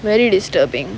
very disturbing